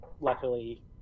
luckily